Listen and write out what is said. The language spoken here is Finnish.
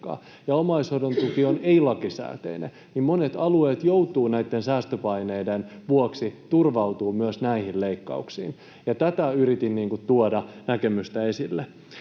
Omaishoidon tuki on ei-lakisääteinen. Monet alueet joutuvat näitten säästöpaineiden vuoksi turvautumaan myös näihin leikkauksiin. Tätä näkemystä yritin